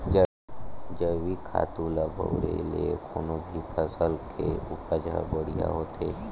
जइविक खातू ल बउरे ले कोनो भी फसल के उपज ह बड़िहा होथे